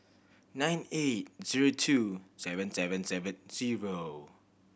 nine eight zero two seven seven seven zero